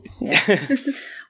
Yes